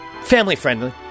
family-friendly